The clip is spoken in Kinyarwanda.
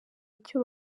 icyo